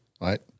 right